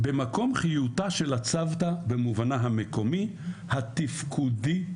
במקום חיותה של הצוותא במובנה המקומי, התפקודי,